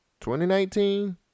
2019